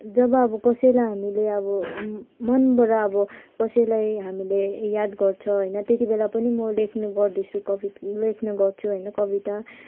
जब अब कसैलाई हामीले अब मनबाट अब कसैलाई हामीले याद गर्छ होइन त्यति बेला पनि म लेख्ने गर्दछु कवि लेख्ने गर्छु होइन कविता